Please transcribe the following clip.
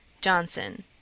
johnson